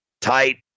tight